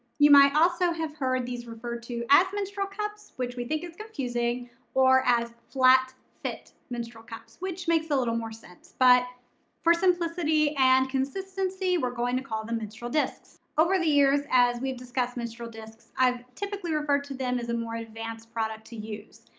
you might also have heard these referred to as menstrual cups, which we think is confusing or as flat fit menstrual cups, which makes a little more sense. but for simplicity and consistency, we're going to call them menstrual discs. over the years as we've discussed menstrual discs, i've typically referred to them as a more advanced product to use.